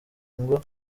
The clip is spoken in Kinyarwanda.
ngo